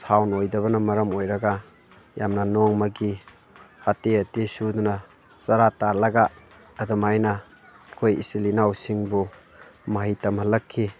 sound ꯑꯣꯏꯗꯕꯅ ꯃꯔꯝ ꯑꯣꯏꯔꯒ ꯌꯥꯝꯅ ꯅꯣꯡꯃꯒꯤ ꯍꯥꯇꯦ ꯍꯥꯇꯦ ꯁꯨꯗꯨꯅ ꯆꯔꯥ ꯇꯥꯜꯂꯒ ꯑꯗꯨꯃꯥꯏꯅ ꯑꯩꯈꯣꯏ ꯏꯆꯤꯜ ꯏꯅꯥꯎꯁꯤꯡꯕꯨ ꯃꯍꯩ ꯇꯝꯍꯜꯂꯛꯈꯤ